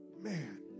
Man